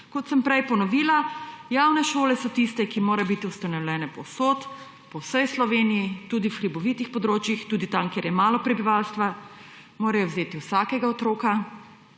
Kot sem prej ponovila, javne šole so tiste, ki morajo biti ustanovljene povsod, po vsej Sloveniji, tudi v hribovitih območjih, tudi tam, kjer je malo prebivalcev, morajo vzeti vsakega otroka,